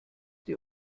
die